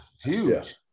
huge